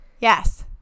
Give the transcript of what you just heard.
yes